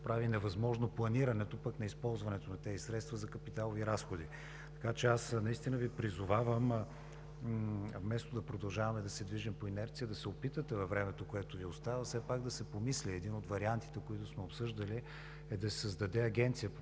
прави невъзможно планирането, използването на тези средства за капиталови разходи. Така че аз наистина Ви призовавам вместо да продължаваме да се движим по инерция, да се опитате във времето, което Ви остава, все пак да се помисли: един от вариантите, които сме обсъждали, е да се създаде агенция за